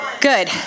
Good